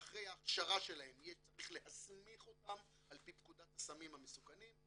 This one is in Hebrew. ואחרי ההכשרה שלהם יהיה צריך להסמיך אותם על פי פקודת הסמים המסוכנים.